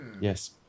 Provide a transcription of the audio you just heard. yes